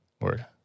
word